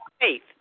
faith